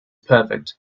perfect